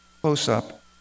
close-up